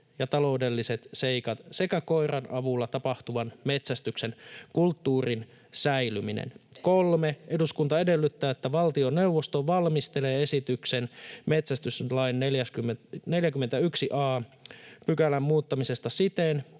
ja taloudelliset seikat sekä koiran avulla tapahtuvan metsästyksen kulttuurin säilyminen.” Kolme: ”Eduskunta edellyttää, että valtioneuvosto valmistelee esityksen metsästyslain 41 a §:n muuttamisesta siten,